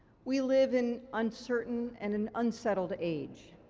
we live in uncertain and an unsettled age,